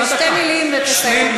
שתי מילים ותסיים.